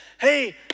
hey